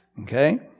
Okay